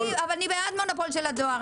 אפילו הדואר לא בעד מונופול של הדואר.